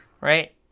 Right